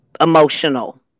emotional